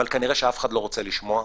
אבל כנראה שאף אחד לא רוצה לשמוע,